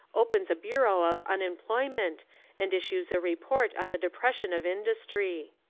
opens a bureau of unemployment and issues a report on the depression of industry.